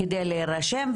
על מנת להירשם,